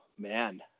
Man